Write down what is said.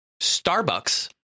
Starbucks